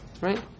right